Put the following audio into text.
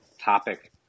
topic